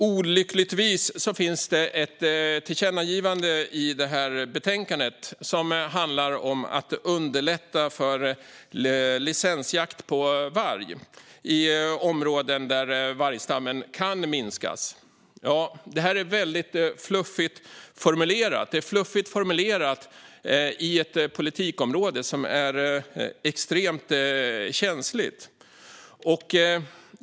Olyckligtvis finns ett tillkännagivande i det här betänkandet som handlar om att underlätta för licensjakt på varg i områden där vargstammen kan minskas. Det här är väldigt fluffigt formulerat i ett politikområde som är extremt känsligt.